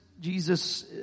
Jesus